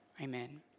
amen